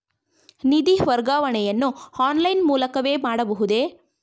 ನಿಧಿ ವರ್ಗಾವಣೆಯನ್ನು ಆನ್ಲೈನ್ ಮೂಲಕವೇ ಮಾಡಬಹುದೇ?